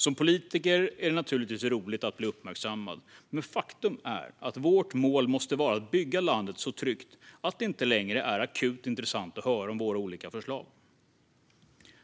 Som politiker är det naturligtvis roligt att bli uppmärksammad, men faktum är att vårt mål måste vara att bygga landet så tryggt att det inte längre är akut intressant att höra om våra olika förslag.